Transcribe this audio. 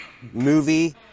movie